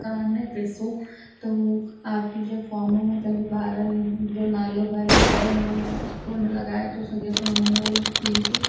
काने पैसो त हू आर टी जो फॉम में पंहिंजो ॿारनि जो नालो भरे करे हुन में स्कूल में लॻाए थो सघे थो हुन में हू फीस